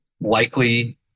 likely